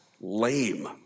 lame